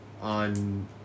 On